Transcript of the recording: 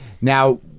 Now